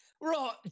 right